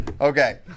Okay